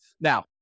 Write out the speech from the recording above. Now